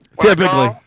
Typically